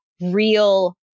real